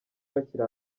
bakiri